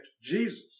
Jesus